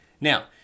Now